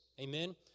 Amen